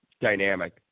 dynamic